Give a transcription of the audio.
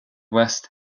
west